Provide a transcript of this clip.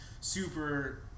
super